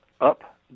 up